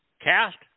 cast